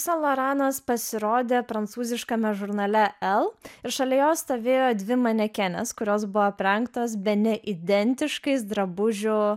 san loranas pasirodė prancūziškame žurnale el ir šalia jos stovėjo dvi manekenės kurios buvo aprengtas bene identiškais drabužių